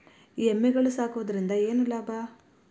ಎಮ್ಮಿಗಳು ಸಾಕುವುದರಿಂದ ಏನು ಲಾಭ?